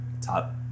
top